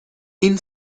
این